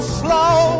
slow